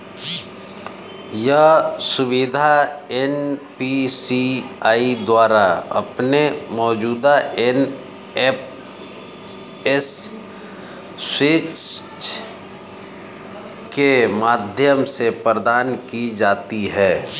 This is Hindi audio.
यह सुविधा एन.पी.सी.आई द्वारा अपने मौजूदा एन.एफ.एस स्विच के माध्यम से प्रदान की जाती है